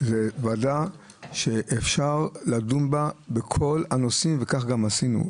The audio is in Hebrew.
זו ועדה שאפשר לדון בה בכל הנושאים, וכך גם עשינו.